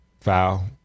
foul –